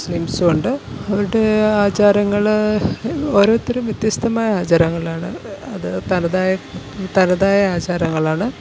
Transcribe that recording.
മുസ്ലിംസും ഉണ്ട് അവരുടെ ആചാരങ്ങൾ ഓരോരുത്തരും വ്യത്യസ്തമായ ആചാരങ്ങളാണ് അതു തനതായ തനതായ ആചാരങ്ങളാണ്